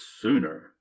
sooner